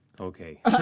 Okay